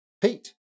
Pete